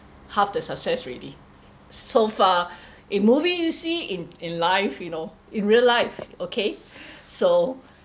half the success already so far in movies you see in in life you know in real life okay so